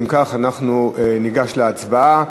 אם כך, אנחנו ניגש להצבעה.